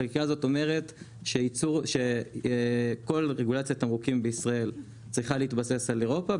החקיקה הזו אומרת שכל רגולציית התמרוקים בישראל צריכה להתבסס על אירופה,